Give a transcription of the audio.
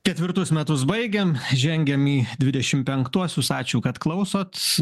ketvirtus metus baigiam žengiam į dvidešimt penktuosius ačiū kad klausot